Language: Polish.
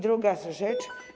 Druga rzecz.